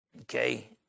okay